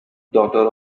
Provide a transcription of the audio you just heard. daughter